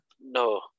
No